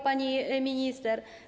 Pani Minister!